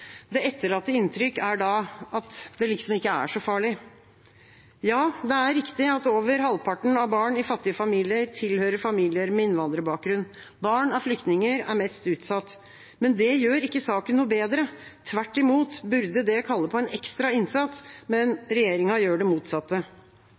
Det etterlatte inntrykket er at da er det liksom ikke så farlig. Ja, det er riktig at over halvparten av barn i fattige familier tilhører familier med innvandrerbakgrunn, og at barn av flyktninger er mest utsatt, men det gjør ikke saken noe bedre. Tvert imot burde det kalle på en ekstra innsats, men